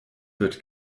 wird